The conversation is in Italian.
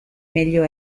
meglio